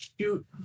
shoot